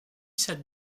cette